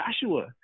Joshua